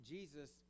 Jesus